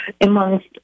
amongst